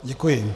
Děkuji.